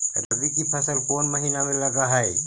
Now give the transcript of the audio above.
रबी की फसल कोन महिना में लग है?